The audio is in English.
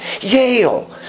Yale